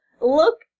Look